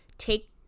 take